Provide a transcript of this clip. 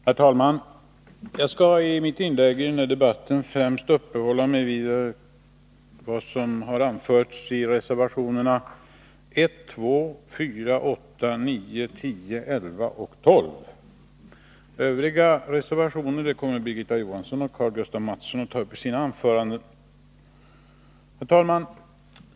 Herr talman! Jag skall i mitt inlägg i denna debatt främst uppehålla mig vid vad som anförts i reservationerna 1, 2, 4, 8, 9, 10, 11 och 12. Övriga reservationer kommer Birgitta Johansson och Karl-Gustaf Mathsson att ta upp i sina anföranden.